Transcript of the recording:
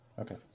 Okay